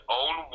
own